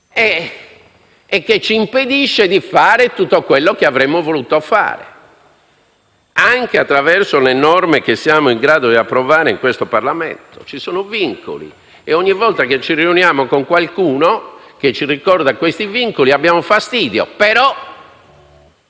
e ci impedisce di fare, tutto ciò che avremmo voluto fare, anche attraverso le norme che siamo in grado di approvare in questo Parlamento. Ci sono dei vincoli e, ogni volta che ci riuniamo con qualcuno che ce li ricorda, abbiamo un fastidio, però